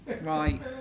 Right